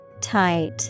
Tight